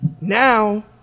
now